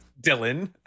Dylan